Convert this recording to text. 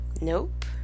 nope